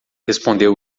respondeu